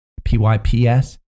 PYPS